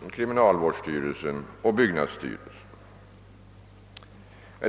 samt kriminalvårdsstyrelsen och byggnadsstyrelsen.